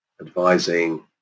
advising